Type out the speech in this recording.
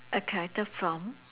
a character from